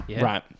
Right